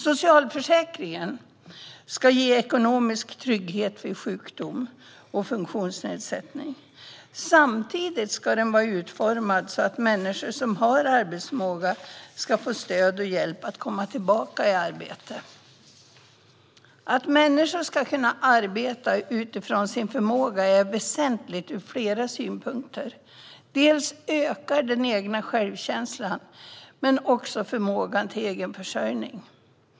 Socialförsäkringen ska ge ekonomisk trygghet vid sjukdom och funktionsnedsättning. Samtidigt ska den vara utformad så att människor som har arbetsförmåga ska få stöd och hjälp att komma tillbaka i arbete. Att människor ska kunna arbeta utifrån sin förmåga är väsentligt ur flera synvinklar. Dels ökar den egna självkänslan, dels ökar möjligheterna till egen försörjning.